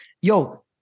Yo